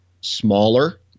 smaller